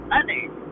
others